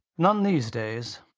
not in these days.